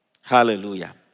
Hallelujah